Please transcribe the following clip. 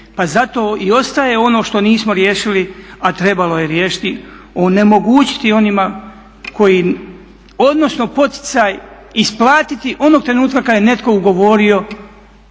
pa zato i ostaje ono što nismo riješili a trebalo je riješiti, onemogućiti onima koji odnosno poticaj isplatiti onog trenutka kad je netko ugovorio